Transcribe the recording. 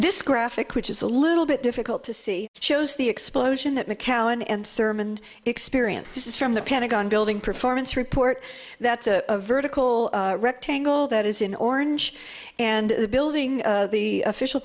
this graphic which is a little bit difficult to see shows the explosion that mccowan and thurmond experience this is from the pentagon building performance report that's a vertical rectangle that is in orange and the building the official